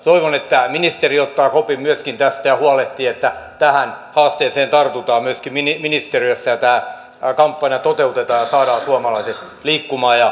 toivon että ministeri ottaa kopin myöskin tästä ja huolehtii että tähän haasteeseen tartutaan myöskin ministeriössä ja tämä kampanja toteutetaan ja saadaan suomalaiset liikkumaan ja oppimaan liikuntaharrastusta yhä enemmän